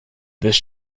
this